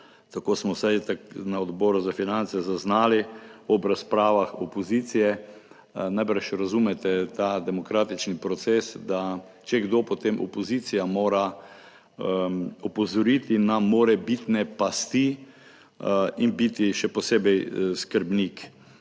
tako smo vsaj ta na Odboru za finance zaznali ob razpravah opozicije. Najbrž razumete ta demokratični proces, da če kdo, potem opozicija mora opozoriti na morebitne pasti in biti še posebej skrbnik